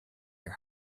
your